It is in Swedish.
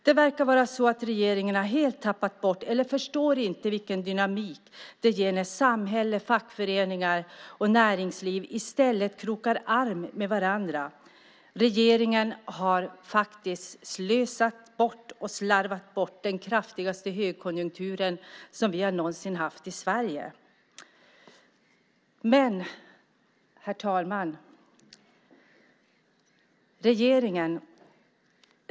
Det verkar vara så att regeringen helt har tappat bort eller inte förstår vilken dynamik det ger när samhälle, fackföreningar och näringsliv i stället krokar arm med varandra. Regeringen har faktiskt slösat och slarvat bort den kraftigaste högkonjunktur som vi någonsin har haft i Sverige. Herr talman!